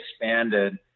expanded